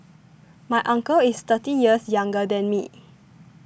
my uncle is thirty years younger than me